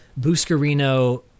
Buscarino